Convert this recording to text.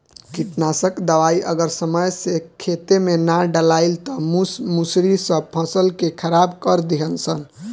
कीटनाशक दवाई अगर समय से खेते में ना डलाइल त मूस मुसड़ी सब फसल के खराब कर दीहन सन